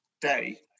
day